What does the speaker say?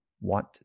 want